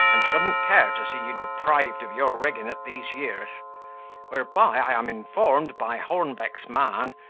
and shouldn't care to see you deprived of your rigging at these years whereby i am informed by hornbeck's man,